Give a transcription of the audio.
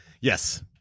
yes